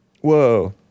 Whoa